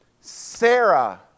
Sarah